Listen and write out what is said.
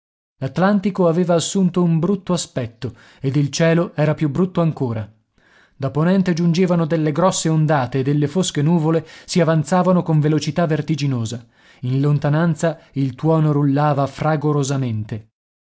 l'atlantico aveva assunto un brutto aspetto ed il cielo era più brutto ancora da ponente giungevano delle grosse ondate e delle fosche nuvole si avanzavano con velocità vertiginosa in lontananza il tuono rullava fragorosamente